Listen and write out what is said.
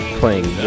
playing